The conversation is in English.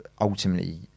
ultimately